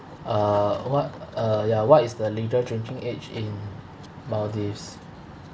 uh what uh ya what is the legal drinking age in maldives